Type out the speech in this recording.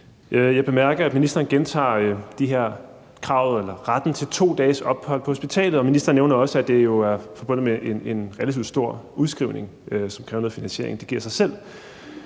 Jeg bemærker, at ministeren gentager det her med retten til 2 dages ophold på hospitalet, og ministeren nævner også, at det jo er forbundet med en relativt stor udskrivning, som kræver noget finansiering – det giver sig selv.